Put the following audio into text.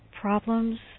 problems